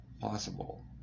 possible